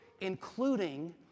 including